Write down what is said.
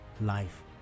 life